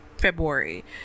February